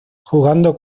jugando